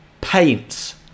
paints